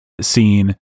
scene